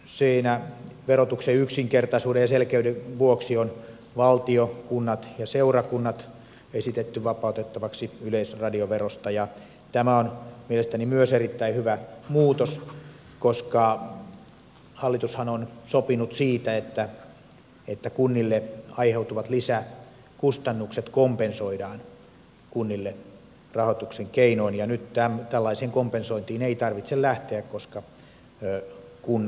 niissä verotuksen yksinkertaisuuden ja selkeyden vuoksi on valtio kunnat ja seurakunnat esitetty vapautettavaksi yleisradioverosta ja myös tämä on mielestäni erittäin hyvä muutos koska hallitushan on sopinut siitä että kunnille aiheutuvat lisäkustannukset kompensoidaan kunnille rahoituksen keinoin ja nyt tällaiseen kompensointiin ei tarvitse lähteä koska kunnat eivät yleisradioverovelvollisia ole